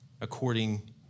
according